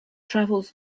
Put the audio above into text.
travels